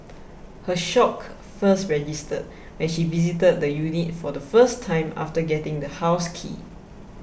her shock first registered when she visited the unit for the first time after getting the house key